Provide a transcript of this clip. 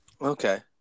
Okay